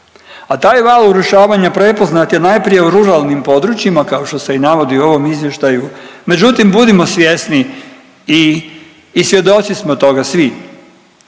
a taj val urušavanja prepoznat je najprije u ruralnim područjima kao što se i navodi u ovom izvještaju, međutim budimo svjesni i svjedoci smo toga svi